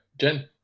Jen